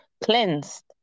cleansed